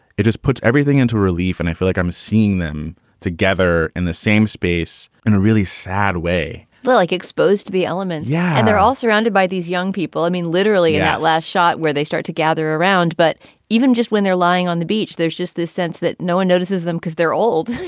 it just puts everything into relief. and i feel like i'm seeing them together in the same space in a really sad way felt but like exposed to the elements. yeah. and they're all surrounded by these young people. i mean, literally that last shot where they start to gather around. but even just when they're lying on the beach, there's just this sense that no one notices them because they're old.